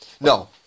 No